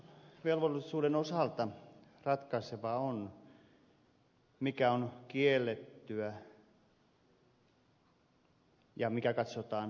ilmoitusvelvollisuuden osalta ratkaisevaa on mikä on kiellettyä ja mikä katsotaan tueksi